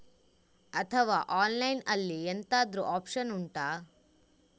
ಅಥವಾ ಆನ್ಲೈನ್ ಅಲ್ಲಿ ಎಂತಾದ್ರೂ ಒಪ್ಶನ್ ಉಂಟಾ